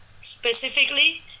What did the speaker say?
specifically